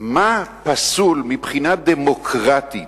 מה פסול מבחינה דמוקרטית,